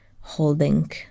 holding